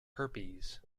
herpes